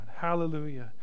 Hallelujah